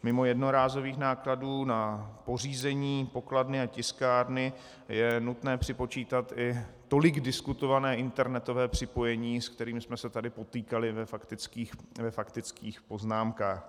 Mimo jednorázových nákladů na pořízení pokladny a tiskárny je nutné připočítat i tolik diskutované internetové připojení, se kterým jsme se tady potýkali ve faktických poznámkách.